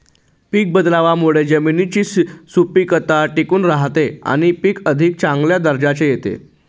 पीक बदलावामुळे जमिनीची सुपीकता टिकून राहते आणि पीक अधिक चांगल्या दर्जाचे येते